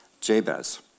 Jabez